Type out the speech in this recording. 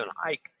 hike